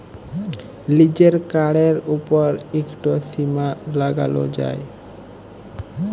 লিজের কাড়ের উপর ইকট সীমা লাগালো যায়